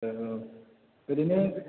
औ ओरैनो